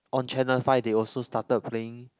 on channel five they also started playing